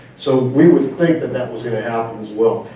so we would think that that was going to happen as well.